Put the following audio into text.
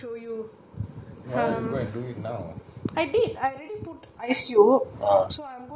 I did I already put ice cube so I gonna moisture lah I'm going to put baby lotion on my face